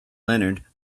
leonard